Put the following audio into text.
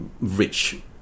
rich